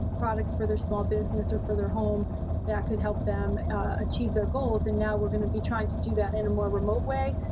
products for their small business or for their home that could help them achieve their goals, and now we're going to be trying to do that in a more remote way,